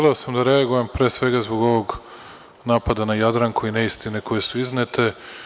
Želeo sam da reagujem pre svega zbog ovog napada na Jadranku i neistine koje su iznete.